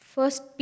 First